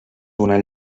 donar